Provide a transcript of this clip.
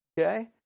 Okay